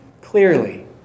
clearly